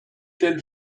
tel